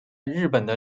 日本